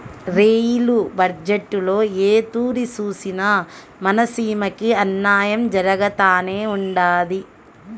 rail బజ్జెట్టులో ఏ తూరి సూసినా మన సీమకి అన్నాయం జరగతానే ఉండాది